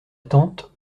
tante